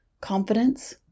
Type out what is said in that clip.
confidence